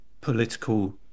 political